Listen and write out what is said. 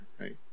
right